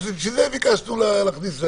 לכן ביקשנו להכניס.